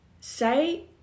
say